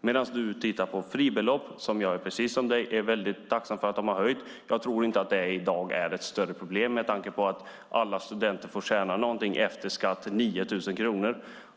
Du, Oskar Öholm, tittar på fribeloppen. Och jag är precis som du tacksam över att de har höjts. Men jag tror inte att fribeloppen är något större problem med tanke på att alla studenter får tjäna 9 000 kronor efter skatt.